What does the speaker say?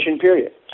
period